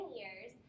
years